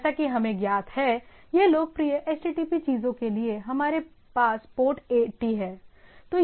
जैसा कि हमें ज्ञात है यह लोकप्रिय HTTP चीजों के लिए हमारे पास पोर्ट 80 है